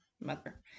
mother